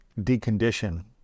decondition